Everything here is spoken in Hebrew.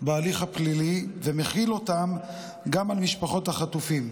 בהליך הפלילי ומחיל אותן גם על משפחות החטופים.